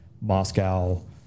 moscow